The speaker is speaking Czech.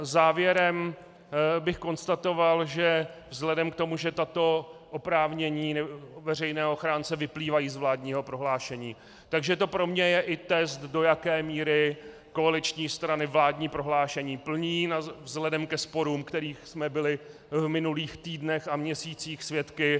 Závěrem bych konstatoval, že vzhledem k tomu, že tato oprávnění veřejného ochránce vyplývají z vládního prohlášení, tak že to pro mě je i test, do jaké míry koaliční strany vládní prohlášení plní vzhledem ke sporům, kterých jsme byli v minulých týdnech a měsících svědky.